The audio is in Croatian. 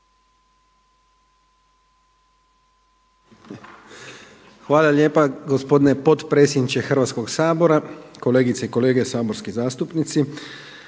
Hvala lijepa gospodine potpredsjedniče Hrvatskog sabora, kolegice i kolege saborski zastupnici.